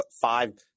five